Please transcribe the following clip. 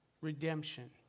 redemption